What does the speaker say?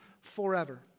forever